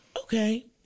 Okay